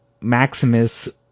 Maximus